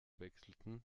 wechselten